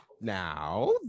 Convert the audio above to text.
now